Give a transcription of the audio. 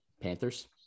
Panthers